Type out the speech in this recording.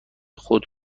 خود